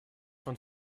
von